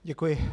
Děkuji.